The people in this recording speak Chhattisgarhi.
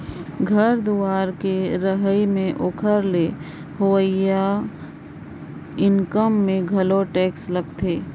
घर दुवार कर रहई में ओकर ले होवइया इनकम में घलो टेक्स लागथें